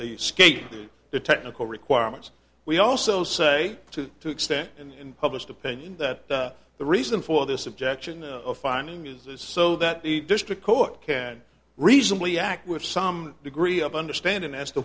they skate the technical requirements we also say to the extent and public opinion that the reason for this objection a finding is this so that the district court can reasonably act with some degree of understanding as to